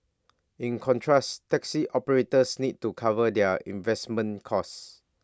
in contrast taxi operators need to cover their investment costs